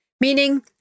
Meaning